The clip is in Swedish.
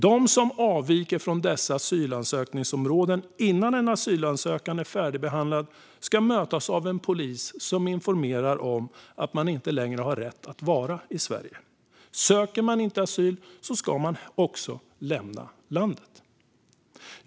De som avviker från asylansökningsområden innan en asylansökan är färdigbehandlad ska mötas av polis som informerar om att man inte längre har rätt att vara i Sverige. Om man inte ansöker om asyl ska man lämna landet.